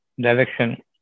direction